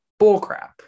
bullcrap